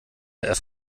der